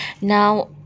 Now